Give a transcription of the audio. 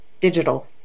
digital